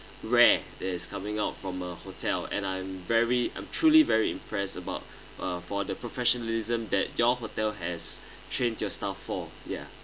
rare is coming out from a hotel and I'm very I'm truly very impressed about uh for the professionalism that your hotel has trained your staff for ya